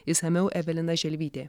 išsamiau evelina želvytė